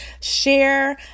share